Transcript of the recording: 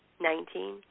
Nineteen